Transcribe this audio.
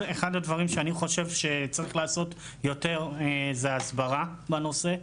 הדברים שאני חושב שצריך לעשות יותר זה הסברה בנושא,